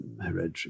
hereditary